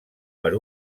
per